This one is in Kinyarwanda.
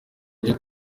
huye